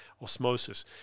osmosis